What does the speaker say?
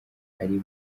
ari